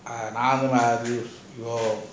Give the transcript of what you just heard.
நான் அது:naan athu oh